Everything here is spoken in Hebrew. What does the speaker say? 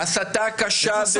--- הסתה קשה.